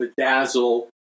bedazzle